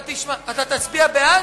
אתה תצביע בעד?